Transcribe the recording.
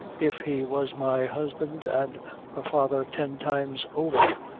if he was my husband and her father ten times over.